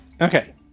Okay